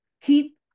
keep